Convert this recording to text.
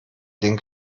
den